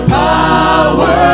power